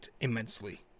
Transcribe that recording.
immensely